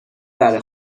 بره